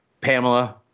Pamela